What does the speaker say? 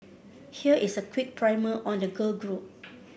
here is a quick primer on the girl group